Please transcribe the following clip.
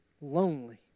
lonely